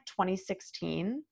2016